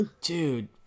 dude